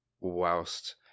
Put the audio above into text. whilst